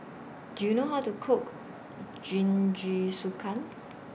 Do YOU know How to Cook Jingisukan